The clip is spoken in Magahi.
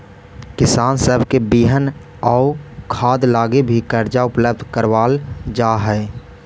किसान सब के बिहन आउ खाद लागी भी कर्जा उपलब्ध कराबल जा हई